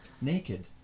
naked